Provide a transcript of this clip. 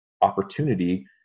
opportunity